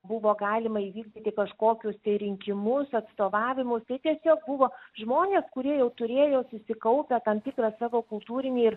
buvo galima įvykdyti kažkokius tai rinkimus atstovavimus tai tiesiog buvo žmonės kurie jau turėjo susikaupę tam tikrą savo kultūrinį ir